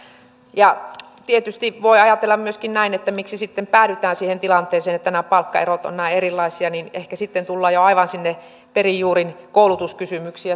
tietysti voi ajatella myöskin näin että miksi sitten päädytään siihen tilanteeseen että nämä palkkaerot ovat näin erilaisia ehkä sitten tullaan jo aivan sinne perin juurin koulutuskysymyksiin